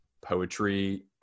poetry